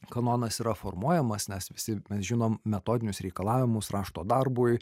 kanonas yra formuojamas nes visi mes žinom metodinius reikalavimus rašto darbui